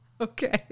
Okay